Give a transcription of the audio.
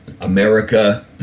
America